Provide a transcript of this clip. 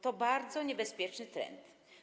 To bardzo niebezpieczny trend.